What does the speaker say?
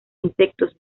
insectos